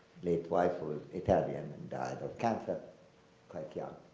late wife was italian and died of cancer quite young.